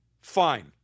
fine